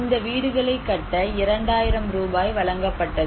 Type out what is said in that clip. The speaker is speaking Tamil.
இந்த வீடுகளை கட்ட 2000 ரூபாய் வழங்கப்பட்டது